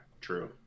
true